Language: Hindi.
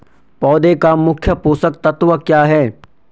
पौधें का मुख्य पोषक तत्व क्या है?